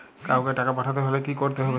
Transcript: কাওকে টাকা পাঠাতে হলে কি করতে হবে?